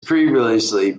previously